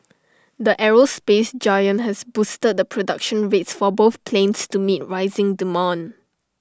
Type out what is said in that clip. the aerospace giant has boosted the production rates for both planes to meet rising demand